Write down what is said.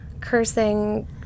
cursing